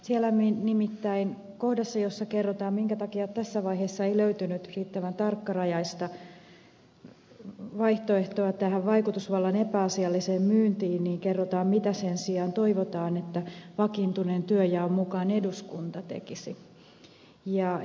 siellä on nimittäin kohdassa jossa kerrotaan minkä takia tässä vaiheessa ei löytynyt riittävän tarkkarajaista vaihtoehtoa tälle vaikutusvallan epäasialliselle myynnille kerrotaan mitä sen sijaan toivotaan vakiintuneen työnjaon mukaan eduskunnan tekevän